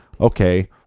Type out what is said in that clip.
okay